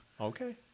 Okay